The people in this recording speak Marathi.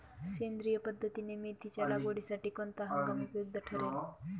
सेंद्रिय पद्धतीने मेथीच्या लागवडीसाठी कोणता हंगाम उपयुक्त ठरेल?